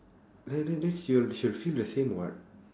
then then then she'll she'll feel the same [what]